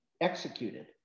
executed